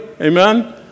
Amen